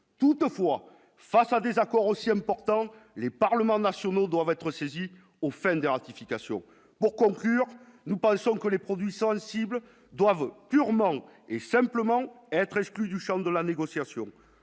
toutefois face à des accords aussi importants, les parlements nationaux doivent être saisies au fin des ratifications pour conclure : nous pensons que les produits sensibles doivent purement et simplement être exclus du Champ de la négociation,